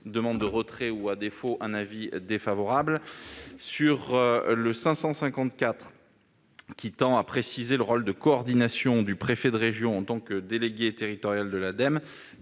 demande de retrait et, à défaut, avis défavorable. L'amendement n° 554 tend à préciser le rôle de coordination du préfet de région en tant que délégué territorial de l'Ademe